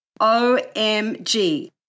OMG